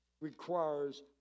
requires